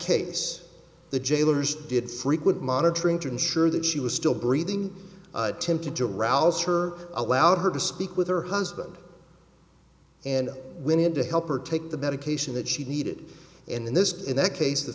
case the jailers did frequent monitoring to ensure that she was still breathing attempted to rouse her allow her to speak with her husband and when he had to help her take the medication that she needed in this in that case the